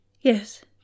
Yes